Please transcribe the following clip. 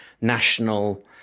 national